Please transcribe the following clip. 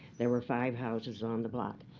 there were five houses on the block.